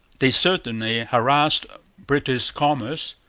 they certainly harassed british commerce,